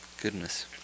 Goodness